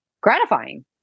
gratifying